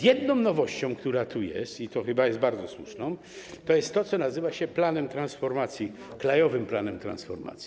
Jedną nowością, która tu jest, i to chyba jest bardzo słuszne, to jest to, co nazywa się planem transformacji, krajowym planem transformacji.